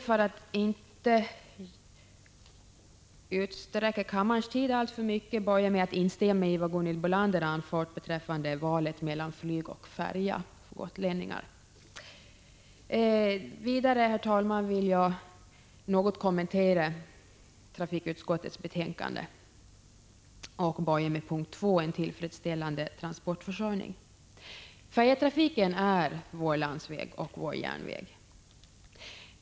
För att inte utsträcka kammarens arbetstid alltför mycket vill jag börja med att instämma i vad Gunhild Bolander anfört beträffande valet mellan flyg och färja för gotlänningar. Vidare vill jag, herr talman, något kommentera trafikutskottets betänkande, och jag börjar då med punkt 2, En tillfredsställande transportförsörjning för Gotland. Färjetrafiken är vår landsväg och vår järnväg.